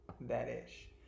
that-ish